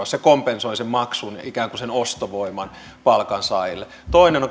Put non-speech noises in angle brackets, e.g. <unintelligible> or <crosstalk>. <unintelligible> se kompensoi sen maksun ikään kuin sen ostovoiman muutoksen palkansaajille toinen <unintelligible>